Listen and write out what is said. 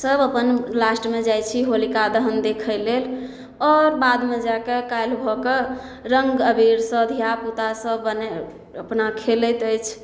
सभ अपन लास्टमे जाइ छी होलिका दहन देखय लेल आओर बादमे जाकऽ काल्हि भऽ कऽ रङ्ग अबीरसँ धियापुता सभ बने अपना खेलइत अछि